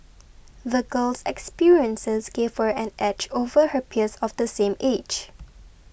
the girl's experiences gave her an edge over her peers of the same age